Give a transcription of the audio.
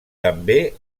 també